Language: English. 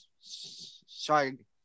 Sorry